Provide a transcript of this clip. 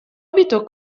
abito